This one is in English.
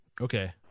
Okay